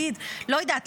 לא יודעת,